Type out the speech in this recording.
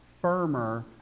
firmer